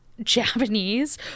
Japanese